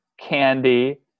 candy